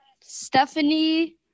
Stephanie